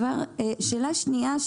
שאלה שנייה,